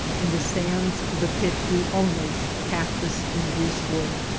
and the sands of the pit grew only cactus and grease wood.